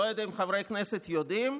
לא יודע אם חברי הכנסת יודעים,